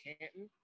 Canton